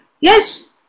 Yes